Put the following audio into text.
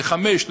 ל-5,